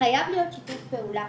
חייב להיות שיתוף פעולה.